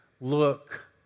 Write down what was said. look